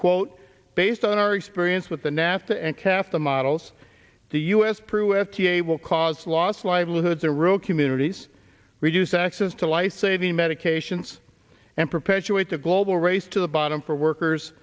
quote based on our experience with the nafta and kept the models the us prue sta will cause loss livelihoods a rural communities reduced access to lifesaving medications and perpetuates a global race to the bottom for workers